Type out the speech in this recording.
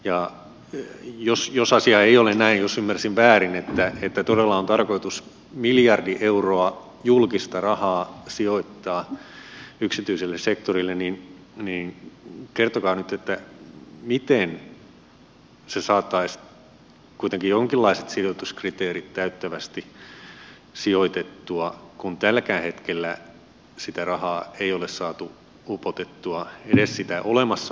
ja jos asia ei ole näin jos ymmärsin väärin että todella on tarkoitus miljardi euroa julkista rahaa sijoittaa yksityiselle sektorille niin kertokaa nyt miten se saataisiin kuitenkin jonkinlaiset sijoituskriteerit täyttävästi sijoitettua kun tälläkään hetkellä sitä rahaa ei ole saatu upotettua edes sitä olemassa olevaa miljardia